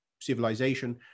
civilization